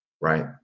Right